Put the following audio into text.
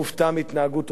מהתנהגות ראש הממשלה,